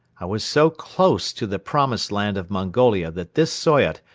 i was so close to the promised land of mongolia that this soyot,